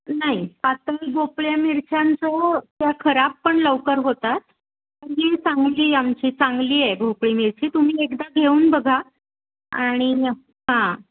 नाही पातळ भोपळ्या मिरच्यांचं त्या खराब पण लवकर होतात ही चांगली आमची चांगली आहे भोपळी मिरची तुम्ही एकदा घेऊन बघा आणि हां